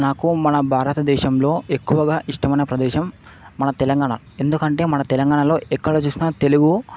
నాకు మన భారతదేశంలో ఎక్కువగా ఇష్టమయిన ప్రదేశం మన తెలంగాణ ఎందుకంటే మన తెలంగాణాలో ఎక్కడ చూసినా తెలుగు